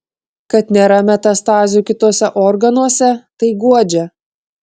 kad nėra metastazių kituose organuose tai guodžia